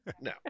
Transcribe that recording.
No